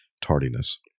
tardiness